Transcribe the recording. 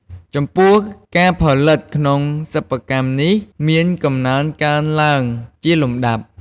ចំពោះ ការផលិតក្នុងសិប្បកម្មនេះ មានកំណើនកើនឡើងជាលំដាប់។